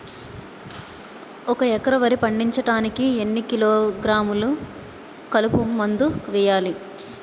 ఒక ఎకర వరి పండించటానికి ఎన్ని కిలోగ్రాములు కలుపు మందు వేయాలి?